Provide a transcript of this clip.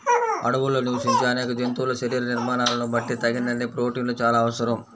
అడవుల్లో నివసించే అనేక జంతువుల శరీర నిర్మాణాలను బట్టి తగినన్ని ప్రోటీన్లు చాలా అవసరం